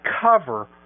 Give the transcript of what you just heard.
cover